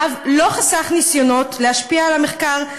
יהב לא חסך ניסיונות להשפיע על המחקר,